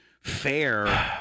fair